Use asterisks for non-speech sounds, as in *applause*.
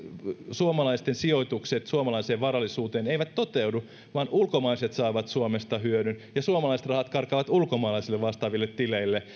suomalaisten sijoitukset suomalaiseen varallisuuteen eivät toteudu vaan ulkomaiset saavat suomesta hyödyn ja suomalaiset rahat karkaavat ulkomaalaisille vastaaville tileille *unintelligible*